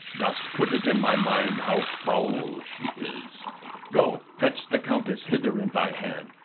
dost put it in my mind how foul she is go, fetch the countess hither in thy hand,